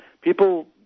people